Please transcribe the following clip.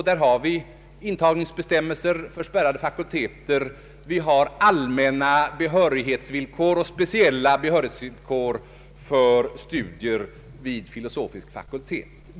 Då har vi intagningsbestämmelser för spärrade fakulteter samt allmänna och speciella behörighetsvillkor för studier vid filosofisk fakultet.